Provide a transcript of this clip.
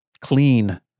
clean